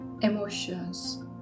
emotions